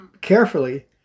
carefully